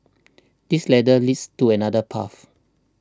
this ladder leads to another path